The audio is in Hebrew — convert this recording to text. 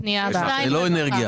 זה לא אנרגיה.